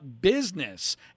business